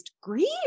grief